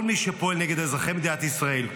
כל מי שפועל נגד אזרחי מדינת ישראל,